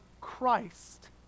Christ